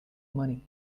money